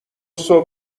صبح